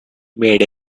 made